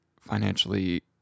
financially